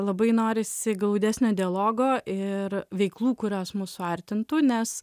labai norisi glaudesnio dialogo ir veiklų kurios mus suartintų nes